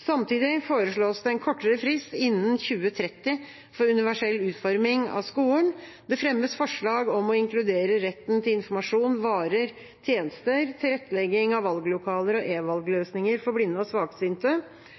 Samtidig foreslås det en kortere frist, innen 2030, for universell utforming av skolen. Det fremmes forslag om å inkludere retten til informasjon, varer, tjenester, tilrettelegging av valglokaler og